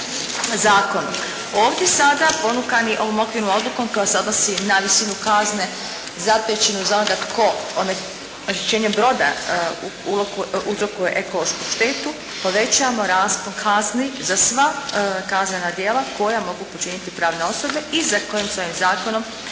zakonu. Ovdje sada ponukani ovom okvirnom odlukom koja se odnosi na visinu kazne zapriječenu za onoga tko oštećenjem broda uzrokuje ekološku štetu, povećavamo raspon kazni za sva kaznena djela koja mogu počiniti pravne osobe i za koja se ovim zakonom